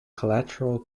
collateral